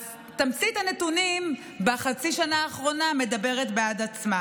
אז תמצית הנתונים בחצי השנה האחרונה מדברת בעד עצמה,